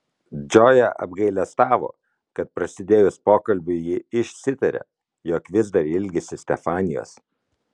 džoja apgailestavo kad prasidėjus pokalbiui ji išsitarė jog vis dar ilgisi stefanijos